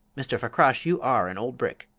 mr. fakrash, you are an old brick!